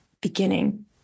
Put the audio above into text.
beginning